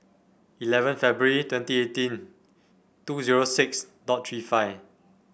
eleven February twenty eighteen two zero six dot Three five